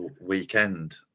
weekend